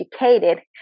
educated